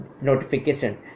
notification